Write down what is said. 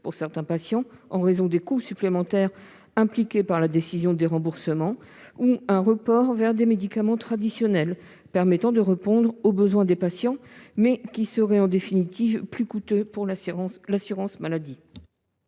pour certains patients en raison des coûts supplémentaires impliqués par la décision de déremboursement ou un report vers des médicaments traditionnels répondant aux besoins des patients, mais en définitive plus coûteux pour l'assurance maladie.